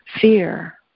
fear